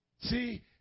See